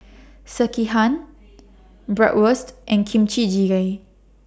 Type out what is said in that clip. Sekihan Bratwurst and Kimchi Jigae